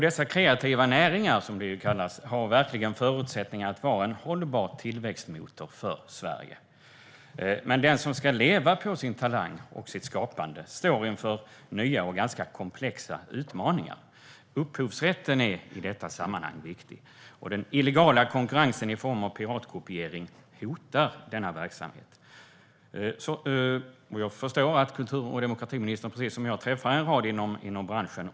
Dessa kreativa näringar, som de kallas, har verkligen förutsättningar att vara en hållbar tillväxtmotor för Sverige. Men den som ska leva på sin talang och sitt skapande står inför nya och ganska komplexa utmaningar. I detta sammanhang är upphovsrätten viktig. Den illegala konkurrensen i form av piratkopiering hotar denna verksamhet. Jag förstår att kultur och demokratiministern, precis som jag, träffar en del inom branschen.